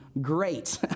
great